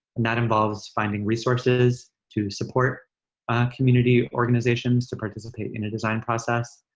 and that involves finding resources to support community organizations to participate in a design process.